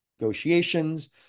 negotiations